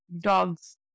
dogs